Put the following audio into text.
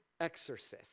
exorcist